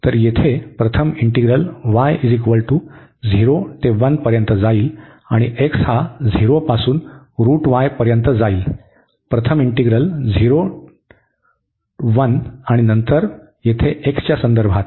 येथे प्रथम integral y 0 ते 1 पर्यंत जाईल आणि x हा 0 पासून पर्यंत जाईल प्रथम इंटीग्रल 0 1 आणि नंतर येथे x च्या संदर्भात